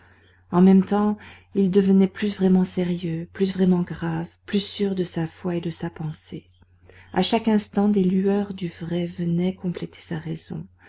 en même temps il devenait plus vraiment sérieux plus vraiment grave plus sûr de sa foi et de sa pensée à chaque instant des lueurs du vrai venaient compléter sa raison